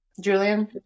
Julian